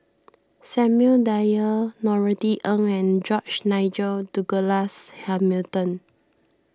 Samuel Dyer Norothy Ng and George Nigel Douglas Hamilton